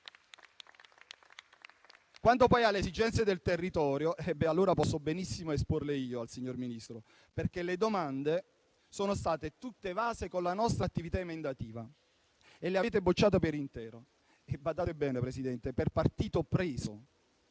Quanto poi alle esigenze del territorio, allora posso benissimo esporle io al signor Ministro, perché le domande sono state tutte evase con la nostra attività emendativa, ma sono state respinte interamente e - badate bene, signor Presidente - per partito preso.